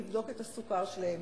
לבדוק את הסוכר שלהם.